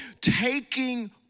Taking